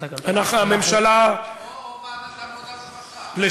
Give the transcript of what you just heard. או ועדת העבודה והרווחה.